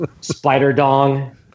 Spider-dong